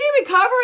recovery